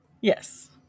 Yes